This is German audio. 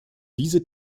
diese